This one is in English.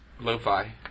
Lo-fi